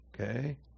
Okay